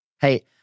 hey